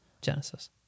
Genesis